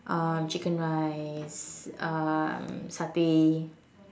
um chicken rice um Satay